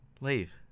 Leave